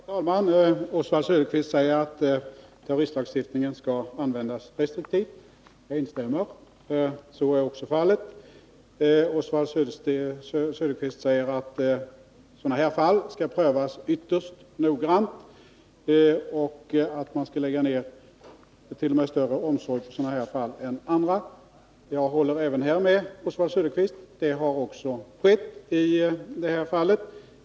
Herr talman! Oswald Söderqvist säger att terroristlagstiftningen skall användas restriktivt. Jag instämmer. Så är också fallet. Oswald Söderqvist säger att sådana här fall skall prövas ytterst noggrant och att man skall lägga ned t.o.m. större omsorg på sådana här fall än på andra. Jag håller med honom även på den punkten. Det har också skett i det här fallet.